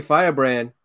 Firebrand